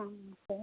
ആ ഓക്കെ